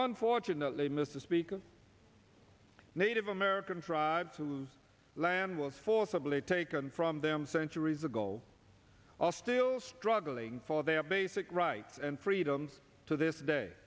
unfortunately mr speaker native american tribes whose land was forcibly taken from them centuries ago all still struggling for their basic rights and freedoms to this day